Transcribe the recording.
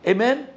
Amen